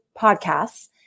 podcasts